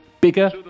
Bigger